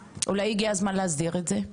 אנחנו לא המשרד שמוביל את הצוות,